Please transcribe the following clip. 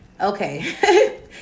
Okay